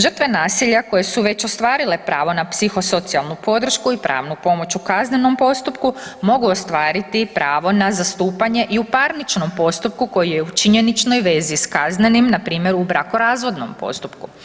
Žrtve nasilja koje su već ostvarile pravo na psihosocijalnu podršku i pravnu pomoć u kaznenom postupku, mogu ostvariti i pravo na zastupanje i u parničkom postupku koji je u činjeničkoj vezi s kaznenim, npr. u brakorazvodnom postupku.